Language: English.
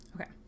Okay